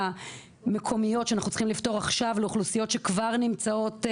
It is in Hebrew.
המקומיות שאנחנו צריכים לפתור עכשיו לאוכלוסיות שכבר נמצאות,